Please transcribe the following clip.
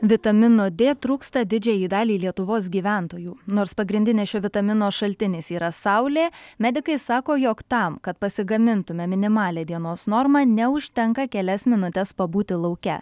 vitamino dė trūksta didžiajai daliai lietuvos gyventojų nors pagrindinis šio vitamino šaltinis yra saulė medikai sako jog tam kad pasigamintume minimalią dienos normą neužtenka kelias minutes pabūti lauke